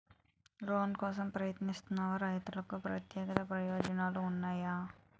Loan కోసం ప్రయత్నిస్తున్న రైతులకు ప్రత్యేక ప్రయోజనాలు ఉన్నాయా?